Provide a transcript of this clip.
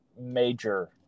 major